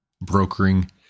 brokering